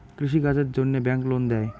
কৃষি কাজের জন্যে ব্যাংক লোন দেয়?